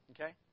Okay